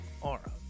aura